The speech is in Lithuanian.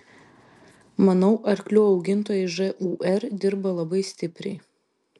manau arklių augintojai žūr dirba labai stipriai